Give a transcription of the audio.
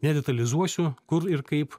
nedetalizuosiu kur ir kaip